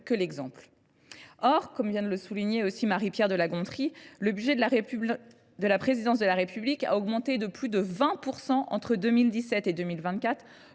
que l’exemple. » Or, comme vient de le souligner Marie Pierre de La Gontrie, le budget de la présidence de la République a augmenté de plus de 20 % entre 2017 et 2024